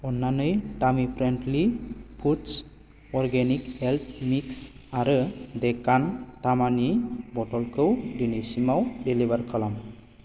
अन्नानै तामिफ्रेण्डलि foods organic health mix आरो डेकान थामानि बथलखौ दिनैसिमाव डेलिबारि खालाम